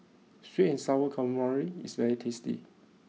Sweet and Sour Calamari is very tasty